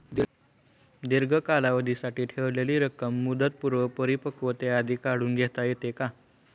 दीर्घ कालावधीसाठी ठेवलेली रक्कम मुदतपूर्व परिपक्वतेआधी काढून घेता येते का?